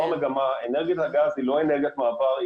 אנרגיית הגז היא לא אנרגיית מעבר,